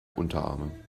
unterarme